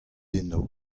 eno